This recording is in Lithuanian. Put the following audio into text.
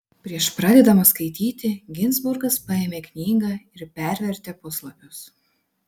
prieš pradėdamas skaityti ginzburgas paėmė knygą ir pervertė puslapius